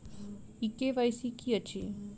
ई KYC की अछि?